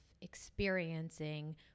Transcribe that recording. experiencing